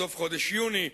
בסוף חודש יוני,